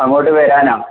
അങ്ങോട്ട് വരാനോ